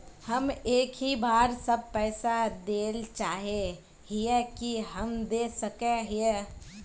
हम एक ही बार सब पैसा देल चाहे हिये की हम दे सके हीये?